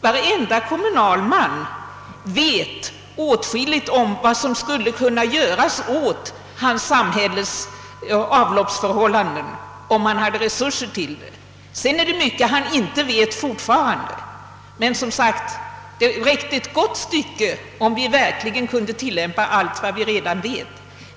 Varenda kommunalman vet åtskilligt om vad som skulle kunna göras åt hans samhälles avloppsförhållanden, om man hade haft resurser därtill. Men sedan är det mycket han fortfarande inte vet. Det räcker emellertid ett gott styc ke om vi verkligen kunde tillämpa vad vi redan vet.